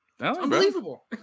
unbelievable